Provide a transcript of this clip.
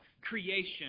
creation